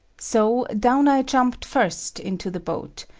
so, down i jumped first into the boat,